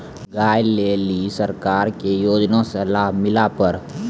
गाय ले ली सरकार के योजना से लाभ मिला पर?